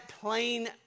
plain